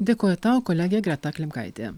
dėkoju tau kolegė greta klimkaitė